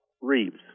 Reeves